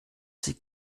sie